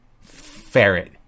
Ferret